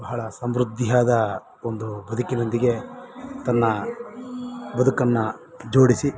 ಬಹಳ ಸಮೃದ್ಧಿಯಾದ ಒಂದು ಬದುಕಿನೊಂದಿಗೆ ತನ್ನ ಬದುಕನ್ನು ಜೋಡಿಸಿ